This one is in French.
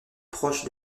proche